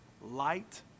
Light